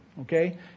Okay